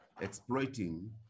exploiting